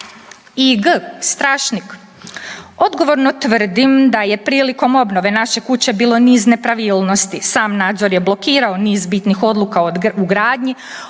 IG, Strašnik. „Odgovorno tvrdim da je prilikom obnove naše kuće bilo niz nepravilnosti. Sam nadzor je blokirao niz bitnih odluka u gradnji